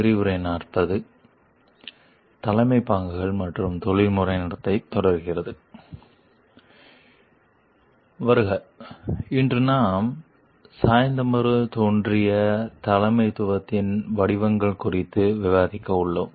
விரிவுரை 40 தலைமை பாங்குகள் மற்றும் நெறிமுறை நடத்தை தொடர்கிறது வருக இன்று நாம் சாய்ந்தமருது தோன்றிய தலைமைத்துவத்தின் வடிவங்கள் குறித்து விவாதிக்க உள்ளோம்